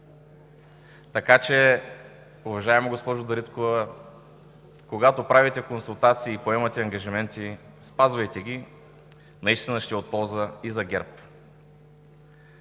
книгите. Уважаема госпожо Дариткова, така че, когато правите консултации и поемате ангажименти, спазвайте ги! Наистина ще е от полза и за ГЕРБ.